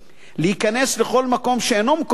להיכנס לכל מקום שאינו מקום מגורים,